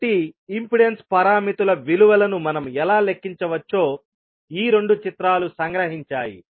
కాబట్టి ఇంపెడెన్స్ పారామితుల విలువలను మనం ఎలా లెక్కించవచ్చో ఈ రెండు చిత్రాలు సంగ్రహించాయి